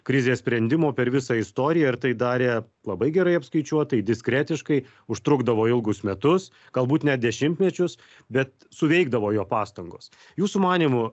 krizės sprendimo per visą istoriją ir tai darė labai gerai apskaičiuotai diskretiškai užtrukdavo ilgus metus galbūt net dešimtmečius bet suveikdavo jo pastangos jūsų manymu